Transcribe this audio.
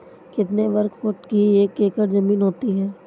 कितने वर्ग फुट की एक एकड़ ज़मीन होती है?